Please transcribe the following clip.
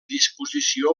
disposició